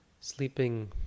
sleeping